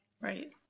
Right